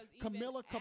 Camilla